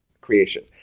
creation